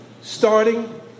starting